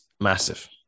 massive